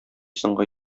соңгы